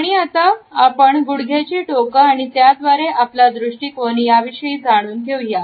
आणि आता पण गुडघ्याची टोक आणि त्याद्वारे आपला दृष्टिकोन याविषयी जाणून घेऊया